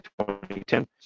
2010